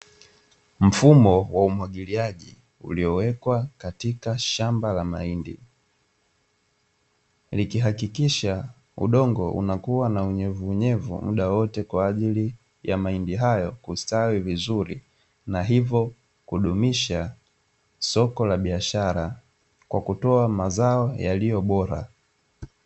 Mfumo wa umwagiliaji uliowekwa katika shamba la mahindi, likihakikisha udongo unakuwa na unyevu unyevu muda wote kwa ajili ya mahindi hayo kustawi vizuri, na hivyo kudumisha soko la biashara kwa kutoa mazao yaliyo bora.